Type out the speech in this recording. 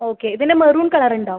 okay ഇതിൻ്റ maroon colour ഉണ്ടോ